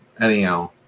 Anyhow